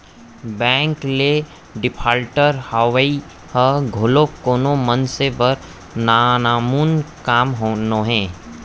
bank के defaulter होवई ह घलोक कोनो मनसे बर नानमुन काम नोहय